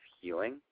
healing